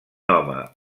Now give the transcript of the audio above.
home